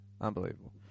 Unbelievable